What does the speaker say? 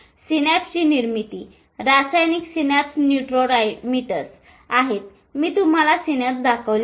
synapse ची निर्मिती रासायनिक सिनॅप्स न्यूरोट्रांसमीटर्स आहेत मी तुम्हाला सिनॅप्स दाखवले आहेत